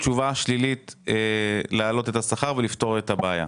תשובה שלילית להעלות את השכר כדי לפתור את הבעיה.